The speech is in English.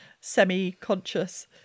semi-conscious